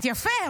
אז יפה,